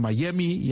Miami